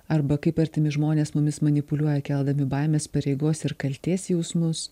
arba kaip artimi žmonės mumis manipuliuoja keldami baimes pareigos ir kaltės jausmus